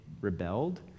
rebelled